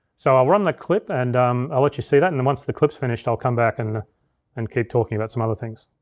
so i'll run the clip and um i'll let you see that, and then once the clip's finished, i'll come back and and keep talking about some other things.